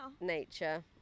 Nature